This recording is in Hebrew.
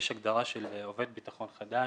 יש הגדרה של "עובד ביטחון חדש",